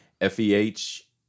F-E-H